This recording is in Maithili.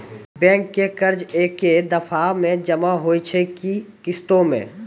बैंक के कर्जा ऐकै दफ़ा मे जमा होय छै कि किस्तो मे?